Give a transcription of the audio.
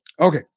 okay